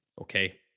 okay